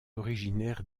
originaire